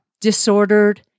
disordered